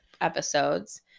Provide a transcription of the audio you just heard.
episodes